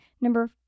Number